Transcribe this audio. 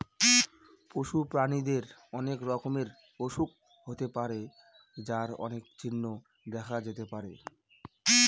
পশু প্রাণীদের অনেক রকমের অসুখ হতে পারে যার অনেক চিহ্ন দেখা যেতে পারে